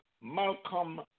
Malcolm